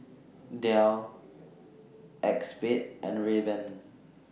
Dell ACEXSPADE and Rayban